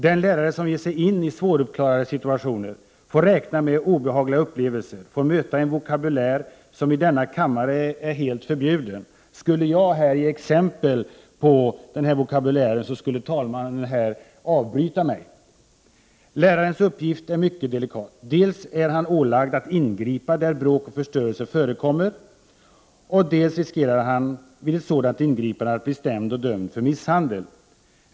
Den lärare som ger sig in i svåruppklarade situationer får räkna med obehagliga upplevelser, får möta en vokabulär som i denna kammare är helt förbjuden. Skulle jag här ge exempel på denna vokabulär, skulle talmannen avbryta mig. Lärarens uppgift är mycket delikat. Dels är han ålagd att ingripa där bråk och förstörelse förekommer, dels riskerar han vid ett sådant ingripande att bli stämd och dömd för misshandel.